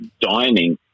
dining